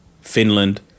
Finland